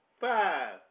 five